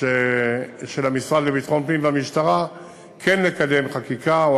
של המשרד לביטחון פנים והמשטרה כן לקדם חקיקה או